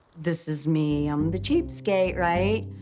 this is me. i'm the cheapskate, right?